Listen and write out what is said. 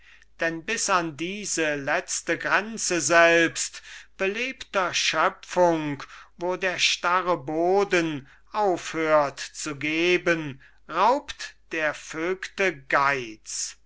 denn bis an diese letzte grenze selbst belebter schöpfung wo der starre boden aufhört zu geben raubt der vögte geiz